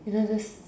you know this